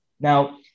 Now